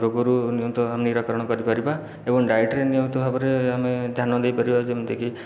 ରୋଗରୁ ନିୟନ୍ତ୍ରଣ ନିରାକରଣ କରିପାରିବା ଏବଂ ଡାଏଟ୍ରେ ନିହାତି ଭାବରେ ଆମେ ଧ୍ୟାନ ଦେଇ ପାରିବା ଯେମିତିକି